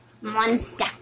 Monster